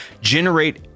generate